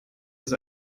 ist